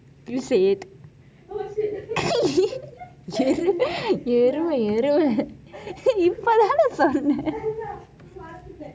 you say it எருமை எருமை எருமை:erumai erumai erumai அதானே பன்னேன்:athanei pannen